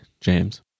james